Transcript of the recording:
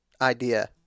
idea